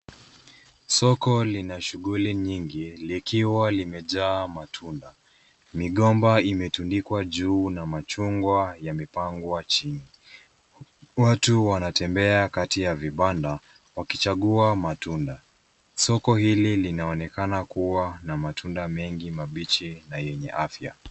Soko lina shughuli nyingi likiwa limejaa matunda. Migomba imetundikwa juu na machungwa yamepangwa chini. Watu wanatembea kati ya vibanda wakichagua matunda. Soko hili linaonekana kuwa na matunda mengi mabichi na yenye afya.